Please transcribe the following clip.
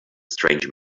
strange